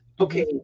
okay